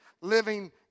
living